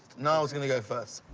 niall is going to go first.